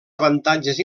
avantatges